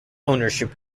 ownership